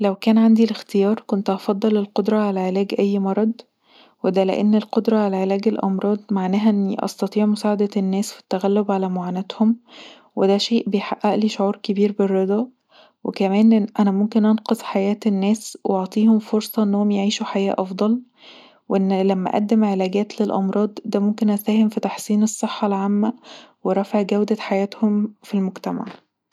لو كان عندي الاختيار كنت هفضل القدره علي علاج أي مرض وده لأن القدره علي علاج اللامراض معناها اني استطيع مساعدة الناس في التغلب علي معانتهم وده شئ بيحققلي شعور كبير بالرضا وكمان انا ممكن انقذ حياة الناس واعطيهم فرصة انهم يعيشوا حياة أفض وان لما أقدم علاجات للأمراض ده ممكن اساهم في تحسين الصحة العامة ورفع جودة حياتهم في المجتمع